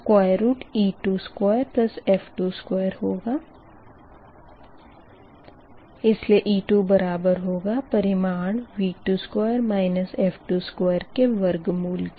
इसलिए e2 बराबर होगा परिमाण 2 2 के वर्गमूल के